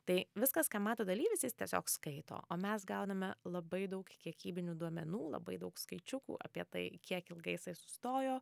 tai viskas ką mato dalyvis jis tiesiog skaito o mes gauname labai daug kiekybinių duomenų labai daug skaičiukų apie tai kiek ilgai jisai sustojo